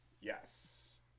Yes